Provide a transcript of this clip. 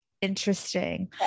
interesting